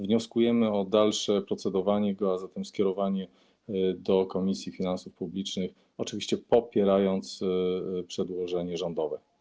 Wnioskujemy o dalsze procedowanie, a zatem skierowanie projektu do Komisji Finansów Publicznych, oczywiście popierając przedłożenie rządowe.